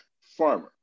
farmer